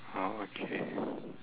ah okay